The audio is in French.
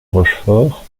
rochefort